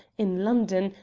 in london,